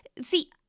see